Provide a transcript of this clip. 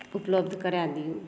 उपलब्ध करा दियौ